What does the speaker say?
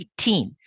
18